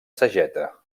sageta